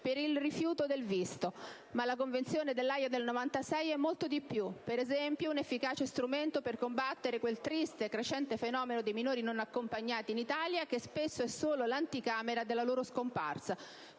per il rifiuto del visto. Ma la Convenzione dell'Aja del 1996 sui minori è molto di più: per esempio, un efficace strumento per combattere quel triste e crescente fenomeno dei minori non accompagnati in Italia che spesso rappresenta solo l'anticamera della loro scomparsa,